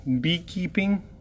beekeeping